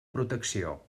protecció